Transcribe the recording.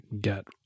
get